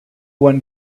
one